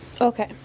Okay